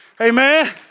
Amen